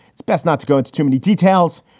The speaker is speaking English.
it's best not to go into too many details.